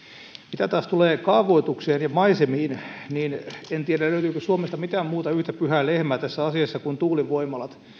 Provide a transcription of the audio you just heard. mitä taas tulee kaavoitukseen ja maisemiin niin en tiedä löytyykö suomesta mitään muuta yhtä pyhää lehmää tässä asiassa kuin tuulivoimalat